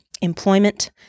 Employment